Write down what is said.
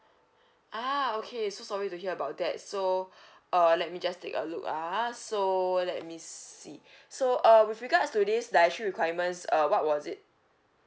ah okay so sorry to hear about that so err let me just take a look ah so let me see so uh with regards to this dietary requirements uh what was it